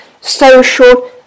Social